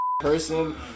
Person